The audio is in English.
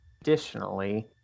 additionally